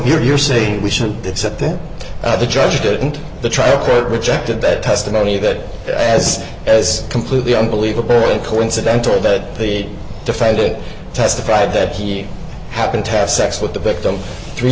so you're saying we should accept that the judge didn't the trial court rejected that testimony that as as completely unbelievable and coincidental that the defendant testified that he happened to have sex with the victim three